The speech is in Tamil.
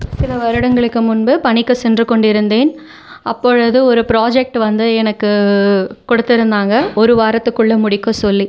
சில வருடங்களுக்கு முன்பு பணிக்கு சென்று கொண்டிருந்தேன் அப்பொழுது ஒரு ப்ராஜெக்ட் வந்து எனக்கு கொடுத்துருந்தாங்க ஒரு வாரத்துக்குள் முடிக்க சொல்லி